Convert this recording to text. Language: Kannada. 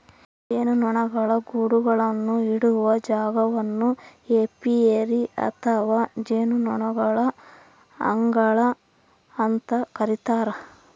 ಜೇನುನೊಣಗಳ ಗೂಡುಗಳನ್ನು ಇಡುವ ಜಾಗವನ್ನು ಏಪಿಯರಿ ಅಥವಾ ಜೇನುನೊಣಗಳ ಅಂಗಳ ಅಂತ ಕರೀತಾರ